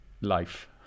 life